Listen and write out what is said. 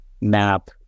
map